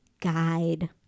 guide